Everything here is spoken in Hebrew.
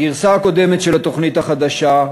הגרסה הקודמת של התוכנית החדשה,